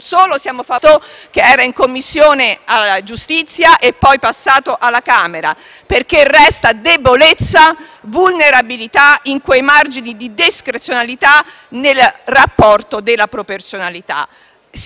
vulnerabilità in quei margini di discrezionalità nella valutazione della proporzionalità. Siamo sicuri che la sostanza cambi? Siamo sicuri che stiamo consegnando uno strumento legislativo che poi